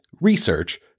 research